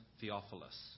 Theophilus